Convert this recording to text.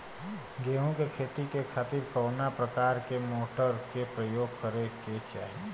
गेहूँ के खेती के खातिर कवना प्रकार के मोटर के प्रयोग करे के चाही?